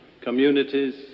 communities